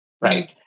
right